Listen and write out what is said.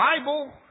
Bible